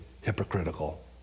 hypocritical